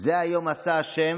"זה היום עשה ה'